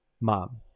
mom